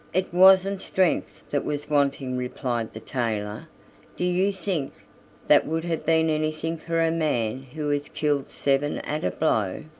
it wasn't strength that was wanting, replied the tailor do you think that would have been anything for a man who has killed seven at a blow?